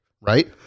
right